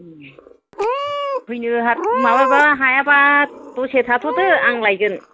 फैनो हाब माबाबा हायाबा दसे थाथ'दो आं लायगोन